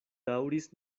daŭris